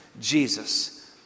Jesus